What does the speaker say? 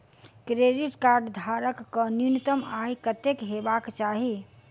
Credit card धारक कऽ न्यूनतम आय कत्तेक हेबाक चाहि?